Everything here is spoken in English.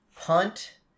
punt